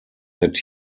that